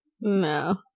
no